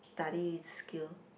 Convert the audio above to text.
study skill